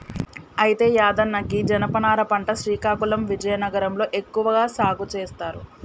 అయితే యాదన్న గీ జనపనార పంట శ్రీకాకుళం విజయనగరం లో ఎక్కువగా సాగు సేస్తారు